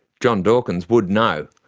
john dawkins would know.